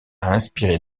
inspirée